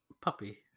Puppy